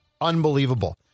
unbelievable